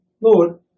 Lord